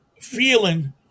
feeling